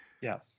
Yes